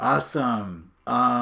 Awesome